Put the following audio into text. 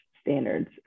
standards